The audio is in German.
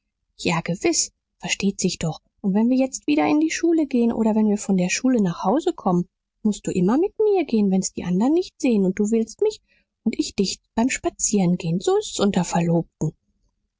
na gewiß versteht sich doch und wenn wir jetzt wieder in die schule gehen oder wenn wir von der schule nach haus kommen mußt du immer mit mir gehen wenn's die anderen nicht sehen und du wählst mich und ich dich beim spazierengehen so ist's unter verlobten